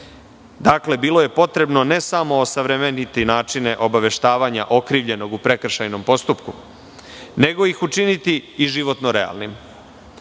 bilo je potrebno ne samo osavremeniti načine obaveštavanja okrivljenog u prekršajnom postupku, nego ih učiniti i životno realnim,